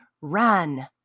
run